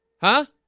huh?